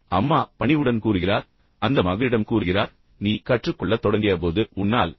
பின்னர் அம்மா பணிவுடன் கூறுகிறார் அந்த மகளிடம் கூறுகிறார் நீ கற்றுக் கொள்ளத் தொடங்கியபோது உன்னால்